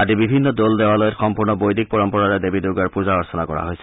আদি বিভিন্ন দৌল দেৱালয়ত সম্পূৰ্ণ বৈদিক পৰম্পৰাৰে দেৱী দুৰ্গাৰ পূজা অৰ্চনা কৰা হৈছে